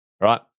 right